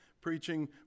preaching